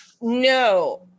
No